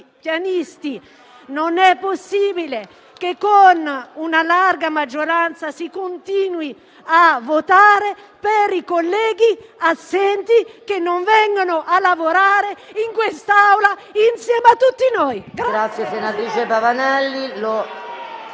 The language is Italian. Non è possibile che, con una larga maggioranza, si continui a votare per i colleghi assenti, che non vengono a lavorare in quest'Aula, insieme a tutti noi.